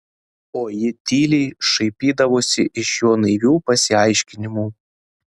o ji tyliai šaipydavosi iš jo naivių pasiaiškinimų